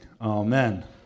Amen